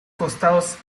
costados